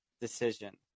decision